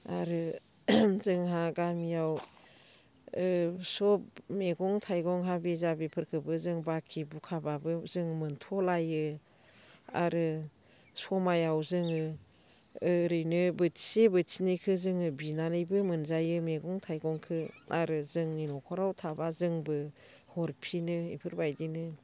आरो जोंहा गामियाव सब मैगं थायगं हाबि जाबिफोरखौबो जों बाखि बुखाबाबो जों मोनथ'लायो आरो समयआव जोङो ओरैनो बोथिसे बोथिनैखौ जोङो बिनानैबो मोनजायो मैगं थायगंखौ आरो जोंनि न'खराव थाबा जोंबो हरफिनो बेफोरबायदिनो